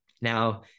Now